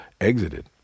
exited